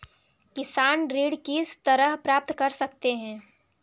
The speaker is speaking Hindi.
किसान ऋण किस तरह प्राप्त कर सकते हैं?